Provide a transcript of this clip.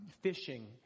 fishing